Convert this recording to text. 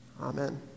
Amen